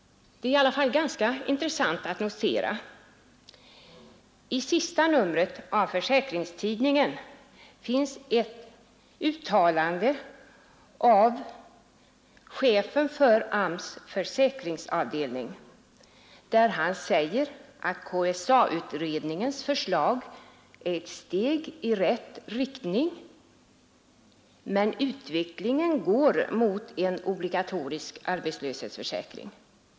I senaste numret av Försäkringstidningen finns ett intressant uttalande av chefen för AMS:s försäkringsavdelning, där han säger att KSA-utredningens förslag är ett steg i rätt riktning men att utvecklingen går mot en obligatorisk arbetslöshetsförsäkring.